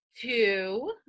two